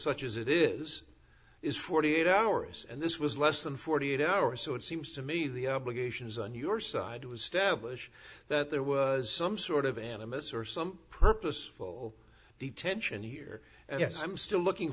such as it is is forty eight hours and this was less than forty eight hours so it seems to me the obligations on your side was stablish that there was some sort of animus or some purpose will detention year yes i'm still looking